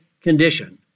condition